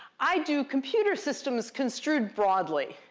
i do computer systems construed broadly.